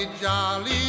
jolly